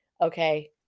okay